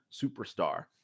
superstar